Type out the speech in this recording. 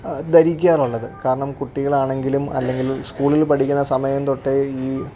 ധരിക്കാറുള്ളത് കാരണം കുട്ടികൾ ആണെങ്കിലും അല്ലെങ്കിൽ സ്കൂളിൽ പഠിക്കുന്ന സമയം തൊട്ടേ ഈ